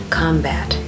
combat